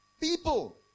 People